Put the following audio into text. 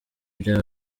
ibya